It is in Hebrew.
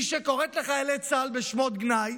את מי שקוראת לחיילי צה"ל בשמות גנאי,